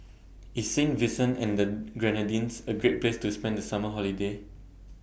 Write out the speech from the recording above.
IS Saint Vincent and The Grenadines A Great Place to spend The Summer Holiday